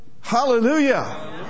Hallelujah